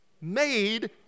made